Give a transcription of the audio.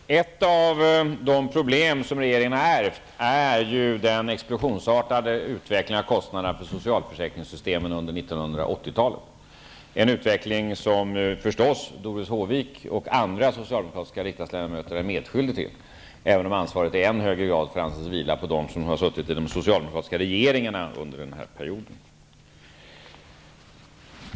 Herr talman! Ett av de problem som regeringen har ärvt är följderna av den explosionsartade utvecklingen av kostnaderna i socialförsäkringssystemet under 1980-talet. Det är en utveckling som Doris Håvik och andra socialdemokratiska riksdagsledmöter är medskyldig till även om ansvaret i än högre grad får anses vila på dem som suttit i de socialdemokratiska regeringarna under denna period.